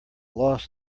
loss